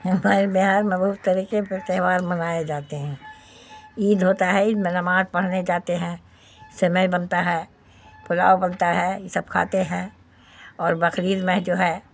umpire بہار محبوب طریقے پر تہوار منائے جاتے ہیں عید ہوتا ہے عید میں نماز پڑھنے جاتے ہیں سیوئیں بنتا ہے پلاؤ بنتا ہے یہ سب کھاتے ہیں اور بقر عید میں جو ہے